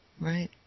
Right